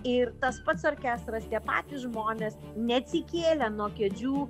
ir tas pats orkestras tie patys žmonės neatsikėlę nuo kėdžių